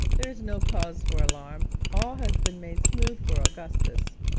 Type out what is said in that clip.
there is no cause for alarm all has been made smooth for augustus